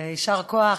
יישר כוח.